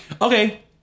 Okay